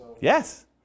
Yes